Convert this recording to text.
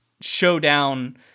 showdown